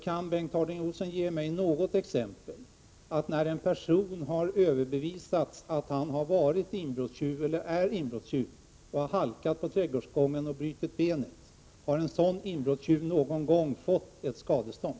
Kan Bengt Harding Olson ge mig något exempel på att en person söm har överbevisats om att han varit eller är inbrottstjuv och som har halkat på trädgårdsgången och brutit benet, någon gång har fått ett skadestånd?